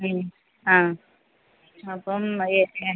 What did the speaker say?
മ്മ് ആ അപ്പം ഏ എ